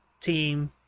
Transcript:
team